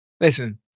Listen